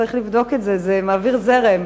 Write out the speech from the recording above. צריך לבדוק את זה, זה מעביר זרם.